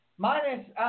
Minus